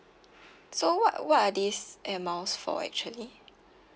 so what what are these air miles for actually